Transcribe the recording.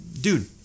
dude